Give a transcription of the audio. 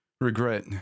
Regret